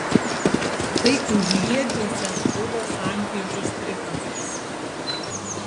tai užliedžiuose buvo sankryžos trikampis